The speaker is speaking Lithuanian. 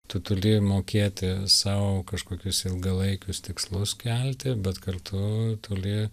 tu turi mokėti sau kažkokius ilgalaikius tikslus kelti bet kartu turi